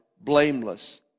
blameless